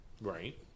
Right